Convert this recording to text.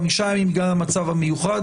חמישה ימים בגלל המצב המיוחד.